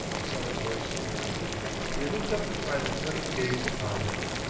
the sullen voice iterated and he looked up to find the cunning gaze upon him.